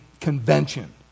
convention